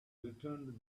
returned